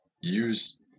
use